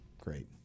Great